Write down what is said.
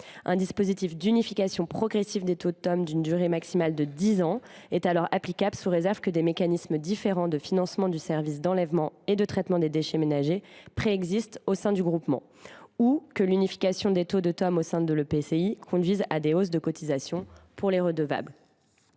Un dispositif d’unification progressive des taux d’une durée maximale de dix ans est alors applicable, sous réserve que des mécanismes différents de financement du service d’enlèvement et de traitement des déchets ménagers préexistent au sein du groupement ou que l’unification des taux au sein de l’EPCI conduise à des hausses de cotisations pour les redevables.